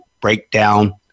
breakdown